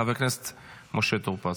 חבר הכנסת משה טור פז,